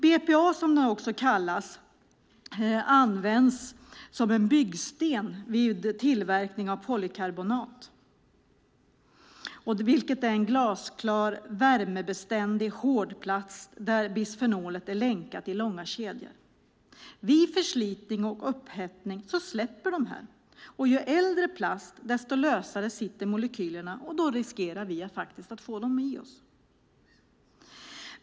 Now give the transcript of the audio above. BPA, som det också kallas, används som byggsten vid tillverkning av polykarbonat, vilket är en glasklar värmebeständig hårdplast där bisfenolet är länkat i långa kedjor. Vid förslitning och upphettning släpper de. Ju äldre plast, desto lösare sitter molekylerna. Då riskerar vi att få dem i oss.